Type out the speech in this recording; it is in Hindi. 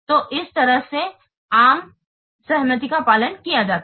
तो इस तरह से आम सहमति का पालन किया जाता है